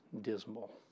dismal